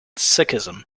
sikhism